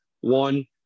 one